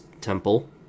temple